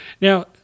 Now